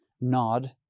nod